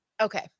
Okay